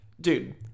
Dude